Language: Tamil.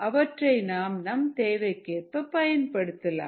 அவற்றை நாம் நம் தேவைக்கேற்ப பயன்படுத்தலாம்